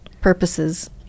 purposes